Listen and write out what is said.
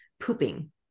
pooping